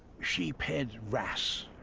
sheephead wrasse.